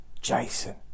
Jason